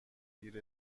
دیر